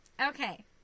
okay